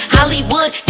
Hollywood